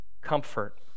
comfort